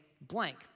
blank